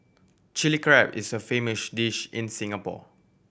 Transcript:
Chilli Crab is a famous dish in Singapore